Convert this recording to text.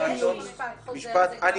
גם אם יש משפט חוזר --- כבר הצבענו,